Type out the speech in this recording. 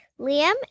Liam